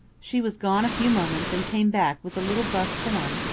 she was gone a few moments and came back with a little buff form,